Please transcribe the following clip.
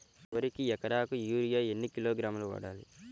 వరికి ఎకరాకు యూరియా ఎన్ని కిలోగ్రాములు వాడాలి?